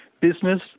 Business